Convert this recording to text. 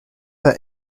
her